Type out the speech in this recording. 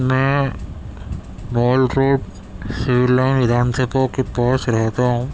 میں mall road civil line Vidhan Sabha کے پاس رہتا ہوں